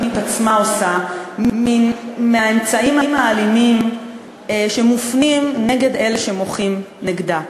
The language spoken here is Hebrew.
עושה מהאמצעים האלימים שמופנים נגד אלה שמוחים נגדה.